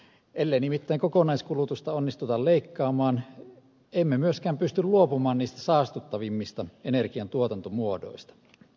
ellei nimittäin kokonaiskulutusta onnistuta leikkaamaan emme myöskään pysty luopumaan niistä saastuttavimmista energiantuotantomuodoista